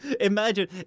Imagine